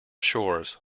shores